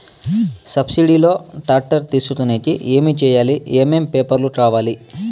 Subsidy లో tractor తీసుకొనేకి ఏమి చేయాలి? ఏమేమి పేపర్లు కావాలి?